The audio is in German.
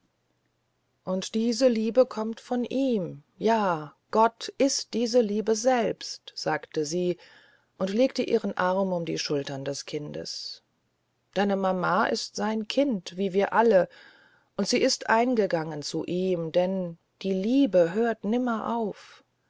und diese liebe kommt von ihm ja gott ist diese liebe selbst sagte sie und legte ihren arm um die schultern des kindes deine mama ist sein kind wie wir alle und sie ist eingegangen zu ihm denn die liebe hört nimmer auf